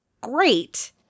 great